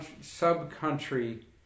sub-country